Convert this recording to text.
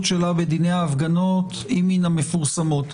שלה בדיני הפגנות היא מן המפורסמות.